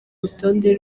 rutonde